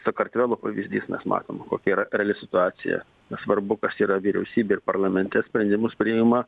sakartvelo pavyzdys mes matom kokia yra reali situacija nesvarbu kas yra vyriausybė ir parlamente sprendimus priima